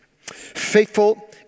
Faithful